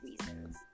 reasons